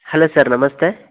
hello sir ನಮಸ್ತೆ